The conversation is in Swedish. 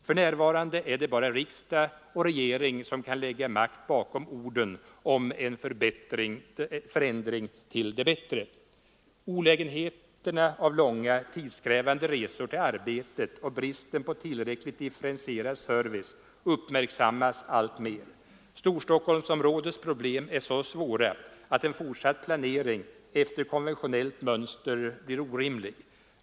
För närvarande är det bara Allmänpolitisk riksdag och regering som kan lägga makt bakom orden om en förändring debatt till det bättre. Olägenheterna av långa, tidskrävande resor till arbetet och bristen på otillräckligt differentierad service uppmärksammas alltmer. Stockholmsområdets problem är så svåra, att en fortsatt planering efter konventionellt mönster blir orimlig.